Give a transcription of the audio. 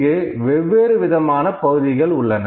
இங்கு வெவ்வேறு விதமான பகுதிகள் உள்ளன